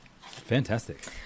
Fantastic